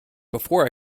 before